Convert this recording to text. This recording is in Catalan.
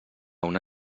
una